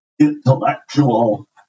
intellectual